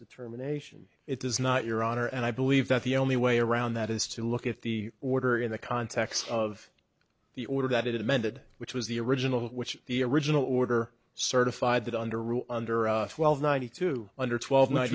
determination it does not your honor and i believe that the only way around that is to look at the order in the context of the order that it amended which was the original which the original order certified that under rule under twelve ninety two under twelve n